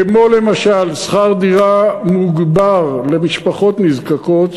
כמו למשל שכר דירה מוגבר למשפחות נזקקות,